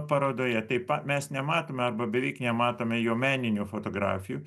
parodoje taip pat mes nematome arba beveik nematome jo meninių fotografijų